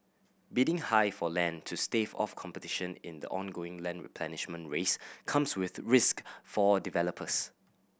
bidding high for land to stave off competition in the ongoing land replenishment race comes with risk for developers